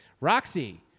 Roxy